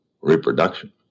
reproduction